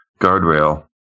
guardrail